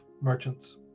merchants